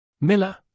Miller